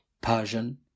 Persian